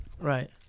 Right